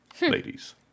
Ladies